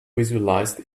visualized